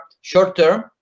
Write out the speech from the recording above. short-term